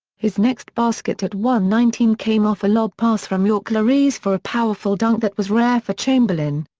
his next basket at one nineteen came off a lob pass from york larese for a powerful dunk that was rare for chamberlain.